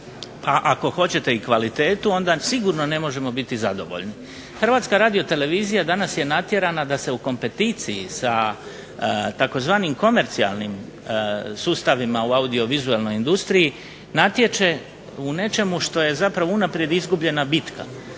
ako hoćete i kvalitetu onda sigurno ne možemo biti zadovoljni. Hrvatska radiotelevizija danas je natjerana da se u kompeticiji sa tzv. komercijalnim sustavima u audiovizualnoj industriji natječe u nečemu što je unaprijed izgubljena bitka.